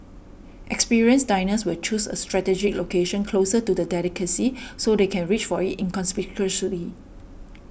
experienced diners will choose a strategic location closer to the delicacy so they can reach for it inconspicuously